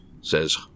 says